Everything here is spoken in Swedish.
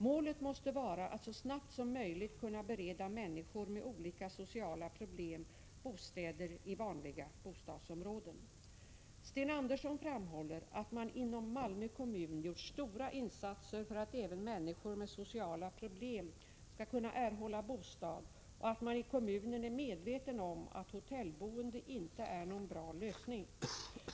Målet måste vara att så snabbt som möjligt kunna bereda människor med olika sociala problem bostäder i vanliga bostadsområden. Sten Andersson framhåller att man inom Malmö kommun gjort stora insatser för att även människor med sociala problem skall kunna erhålla bostad och att man i kommunen är medveten om att hotellboende inte är någon bra lösning.